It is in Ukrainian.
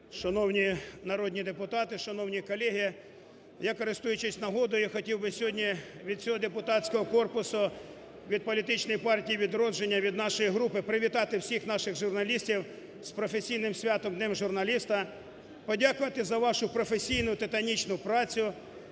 Шановні народні депутати, шановні колеги! Я, користуючись нагодою, хотів би сьогодні від всього депутатського корпусу, від політичної партії "Відродження", від нашої групи привітати всіх наших журналістів з професійним святом – Днем журналіста, подякувати за вашу професійну титанічну працю,